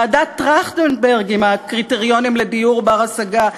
ועדת טרכטנברג עם הקריטריונים לדיור בר-השגה,